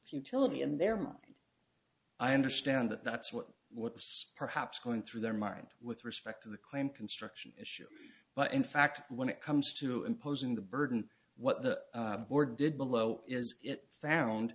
futility in their mind i understand that that's what was perhaps going through their mind with respect to the claim construction issue but in fact when it comes to imposing the burden what the board did below is it found